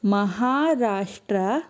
Maharashtra